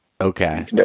Okay